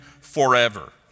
forever